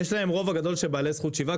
יש להם רוב הגדול של בעלי זכות שיבה.